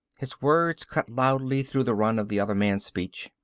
his words cut loudly through the run of the other man's speech.